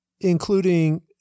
including